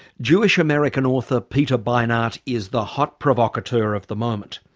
jewish american author peter beinart is the hot provocateur of the moment.